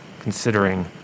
considering